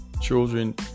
children